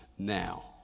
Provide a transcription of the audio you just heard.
now